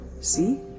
see